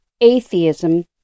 atheism